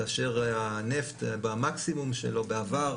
כאשר הנפט במקסימום שלו בעבר,